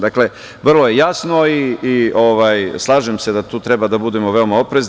Dakle, vrlo je jasno i slažem se da tu treba da budemo veoma oprezni.